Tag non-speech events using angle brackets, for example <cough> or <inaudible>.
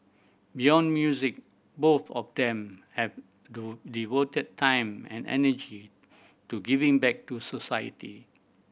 beyond music both of them have <unintelligible> devoted time and energy to giving back to society